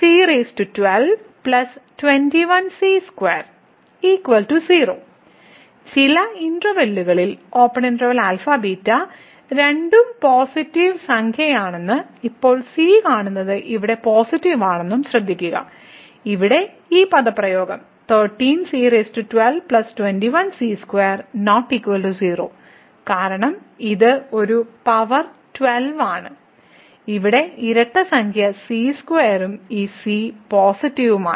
f 13c12 21c2 0 ചില ഇന്റെർവൽകളിൽ α β രണ്ടും പോസിറ്റീവ് സംഖ്യയാണെന്നും ഇപ്പോൾ c കാണുന്നത് ഇവിടെ പോസിറ്റീവ് ആണെന്നും ശ്രദ്ധിക്കുക ഇവിടെ ഈ പദപ്രയോഗം 13c12 21c2 ≠ 0 കാരണം ഇത് ഒരു പവർ 12 ആണ് ഇവിടെ ഇരട്ട സംഖ്യ c2 ഉം ഈ c പോസിറ്റീവ് ആണ്